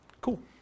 Cool